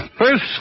First